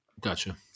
Gotcha